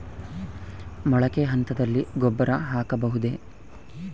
ಮೊಳಕೆ ಹಂತದಲ್ಲಿ ಗೊಬ್ಬರ ಹಾಕಬಹುದೇ?